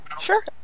Sure